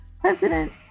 President